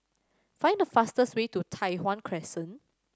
find the fastest way to Tai Hwan Crescent